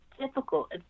difficult